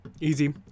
easy